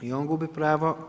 I on gubi pravo.